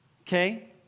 okay